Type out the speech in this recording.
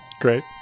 Great